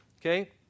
Okay